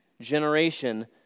generation